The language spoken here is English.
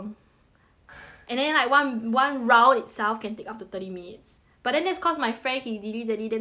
and then like one one round itself can take up to thirty minutes but then that's cause my friend he dilly-dally then 他不要讲